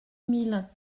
mille